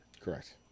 Correct